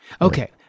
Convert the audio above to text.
Okay